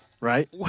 Right